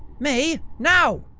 mae, now!